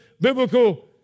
biblical